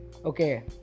okay